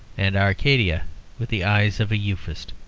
and arcadia with the eyes of a euphuist.